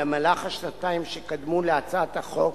במהלך השנתיים שקדמו לחקיקת הצעת החוק,